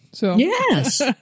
Yes